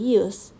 use